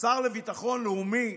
השר לביטחון לאומי